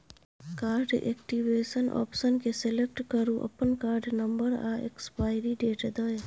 card activation option केँ select करु अपन कार्ड नंबर आ एक्सपाइरी डेट दए